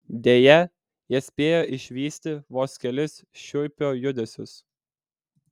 deja jie spėjo išvysti vos kelis šiuipio judesius